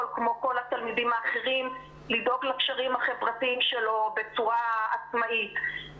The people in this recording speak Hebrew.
כמו כל התלמידים האחרים לדאוג לקשרים החברתיים שלו בצורה עצמאית.